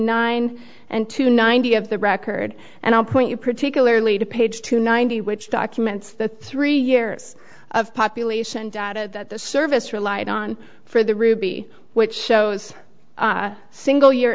nine and to ninety of the record and i'll point you particularly to page two ninety which documents the three years of population data that the service relied on for the ruby which shows single year